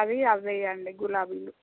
అవి అవ్వెయ్యండి గులాబీలు